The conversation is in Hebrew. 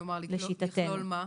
כלומר, מה לכלול?